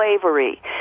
slavery